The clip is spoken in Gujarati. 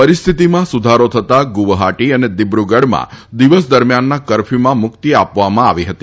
પરિસ્થિતિમાં સુધારો થતાં ગુવાહાટી અને દિબુગઢમાં દિવસ દરમ્યાનના કરફ્યુમાં મુક્તિ આપવામાં આવી હતી